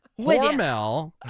Hormel